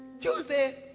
Tuesday